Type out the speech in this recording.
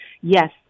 Yes